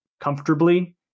comfortably